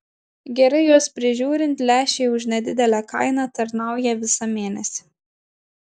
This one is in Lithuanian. gerai juos prižiūrint lęšiai už nedidelę kainą tarnauja visą mėnesį